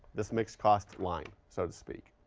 this mixed cost line, so to speak.